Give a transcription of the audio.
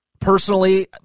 personally